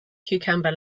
cucumber